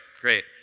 great